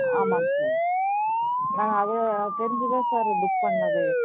ஆமாம்ங்க சார் நாங்கள் அதை தெரிஞ்சு தான் சார் புக் பண்ணதே